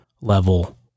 level